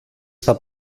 στα